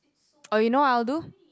oh you know what I'll do